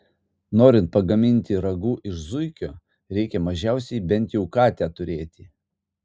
norint pagaminti ragu iš zuikio reikia mažiausiai bent jau katę turėti